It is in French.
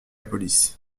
police